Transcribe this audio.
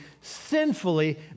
sinfully